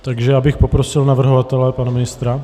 Takže bych poprosil navrhovatele, pana ministra.